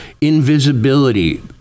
Invisibility